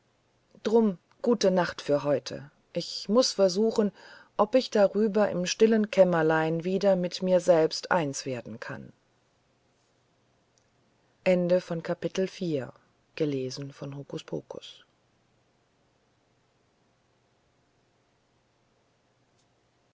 drum gute nacht für heute ich muß versuchen ob ich darüber im stillen kämmerlein wieder mit mir selber eins werden kann